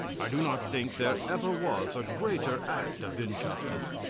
i do not think there ever was a greater act of injustice.